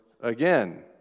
again